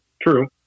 True